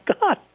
God